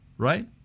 Right